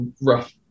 rough